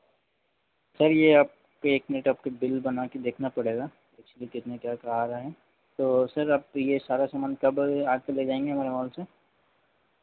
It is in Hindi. सर ये एक मिनट आपको बिल बना कर देखना पड़ेगा जी कितना क्या क्या आ रहे हैं तो सर आप तो ये सारा सामान कब आ के ले जाएंगे हमारे मॉल से